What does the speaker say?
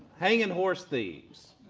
hanging horse thieves,